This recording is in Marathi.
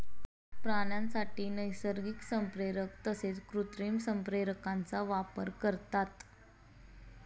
प्राण्यांसाठी नैसर्गिक संप्रेरक तसेच कृत्रिम संप्रेरकांचा वापर करतात